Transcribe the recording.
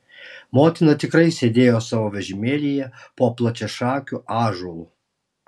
motina tikrai sėdėjo savo vežimėlyje po plačiašakiu ąžuolu